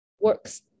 works